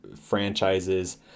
franchises